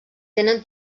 tenen